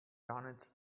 doughnuts